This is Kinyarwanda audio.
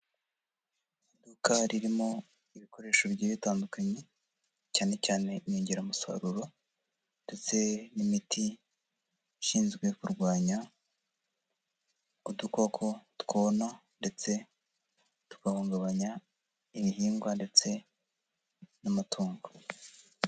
Iduka ririmo ibikoresho bigiye bitandukanye, cyane cyane inyongeramusaruro, ndetse n'imiti ishinzwe kurwanya udukoko twona, ndetse tugahungabanya ibihingwa, ndetse n'amatungo.